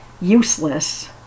useless